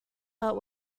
but